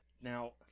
Now